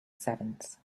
sevens